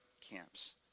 camps